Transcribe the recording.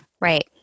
Right